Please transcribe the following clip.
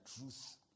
truth